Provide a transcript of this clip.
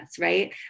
right